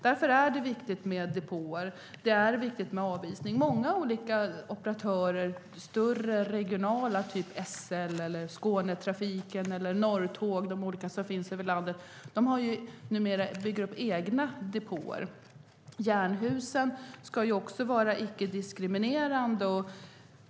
Därför är det viktigt med depåer och med avisning. Många olika operatörer, större och regionala, exempelvis SJ, Skånetrafiken eller Norrtåg som finns över landet bygger numera upp egna depåer. Jernhusen ska också vara icke-diskriminerande.